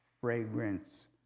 fragrance